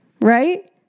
right